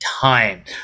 time